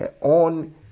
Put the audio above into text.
on